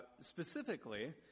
specifically